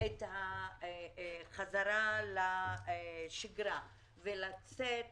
את החזרה לשגרה ולצאת